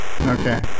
Okay